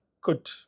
good